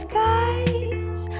Skies